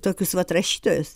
tokius vat rašytojus